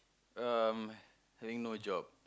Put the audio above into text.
um having no job